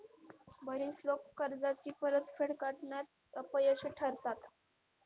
बरीच लोकं कर्जाची परतफेड करण्यात अपयशी ठरतात